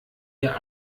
ihr